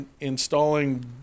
installing